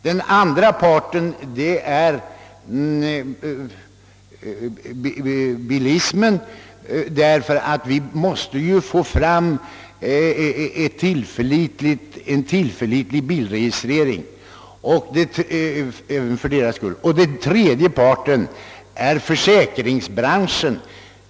Den andra parten är bilismen. Vi måste få fram en tillförlitlig bilregistrering för bilismens skull. Den tredje parten är försäkringsbranschen.